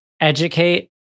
educate